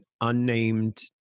unnamed